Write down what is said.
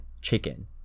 chicken